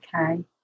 okay